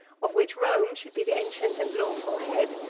of which rome should be the ancient and lawful head,